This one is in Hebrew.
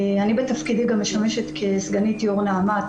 אני בתפקידי גם משמשת כסגנית יושבת ראש נעמ"ת,